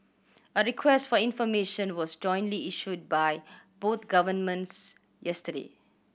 a request for information was jointly issued by both governments yesterday